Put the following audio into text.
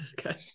Okay